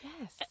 Yes